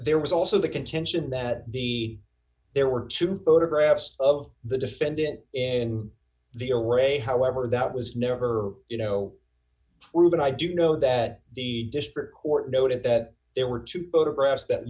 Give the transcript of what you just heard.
there was also the contention that the there were two photographs of the defendant in the array however that was never her you know proven i do know that the district court noted that there were two photographs that